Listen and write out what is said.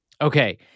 Okay